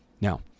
Now